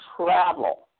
travel